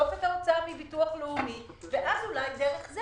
לחסוך את ההוצאה מביטוח לאומי ואולי דרך זה